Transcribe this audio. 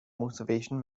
motivation